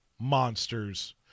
monsters